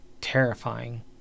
terrifying